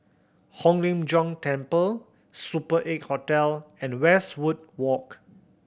Hong Lim Jiong Temple Super Eight Hotel and Westwood Walk